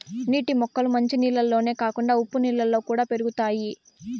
నీటి మొక్కలు మంచి నీళ్ళల్లోనే కాకుండా ఉప్పు నీళ్ళలో కూడా పెరుగుతాయి